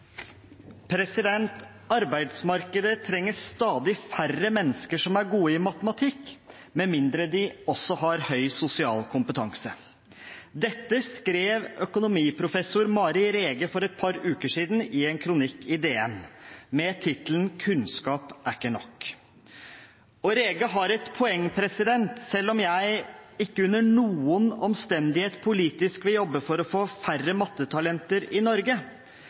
gode i matematikk – med mindre de også har høy sosial kompetanse.» Dette skrev økonomiprofessor Mari Rege for et par uker siden i en kronikk i Dagens Næringsliv med tittelen «Kunnskap er ikke nok». Rege har et poeng, selv om jeg ikke under noen omstendighet politisk vil jobbe for å få færre mattetalenter i Norge.